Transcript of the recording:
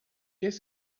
qu’est